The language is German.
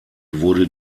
wurde